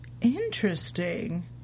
Interesting